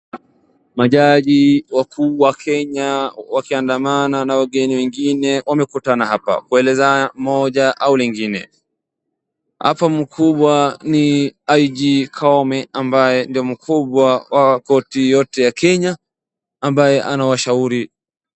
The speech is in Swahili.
Majaji wakuu wa Kenya wakiandamana na wageni wengine wamekutana hapa kueleza moja au lingine. Hapa mkubwa ni IJ Koome ambaye ndio mkubwa wa korti yote ya Kenya ambaye anawashauri.